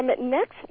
Next